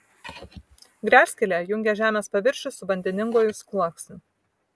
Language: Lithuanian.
gręžskylė jungia žemės paviršių su vandeninguoju sluoksniu